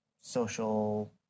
social